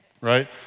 right